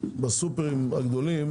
בסופרים הגדולים,